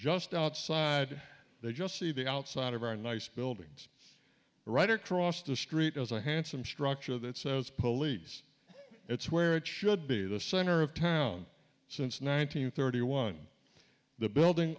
just outside they just see the outside of our nice buildings right across the street as a handsome structure that says police it's where it should be the center of town since nine hundred thirty one the building